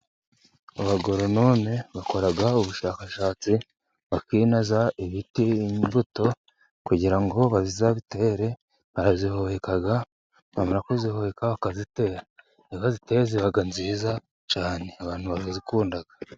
Abagoronone bakora ubushakashatsi, bakinaza ibiti, imbuto, kugira ngo bazabitere, barazihubika, bamara kuzihubika bakazitera, iyo baziteye ziba nziza cyane, abantu bazikunda.